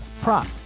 prop